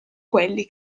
quelli